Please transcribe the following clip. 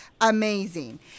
amazing